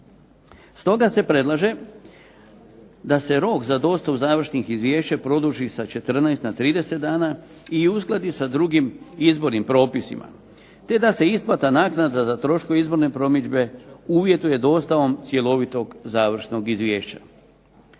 Stoga se predlaže da se rok za dostavu završnih izvješća produži sa 14 na 30 dana i uskladi sa drugim izbornim propisima, te da se isplata naknada za troškove izborne promidžbe uvjetuje dostavom cjelovitog završnog izvješća.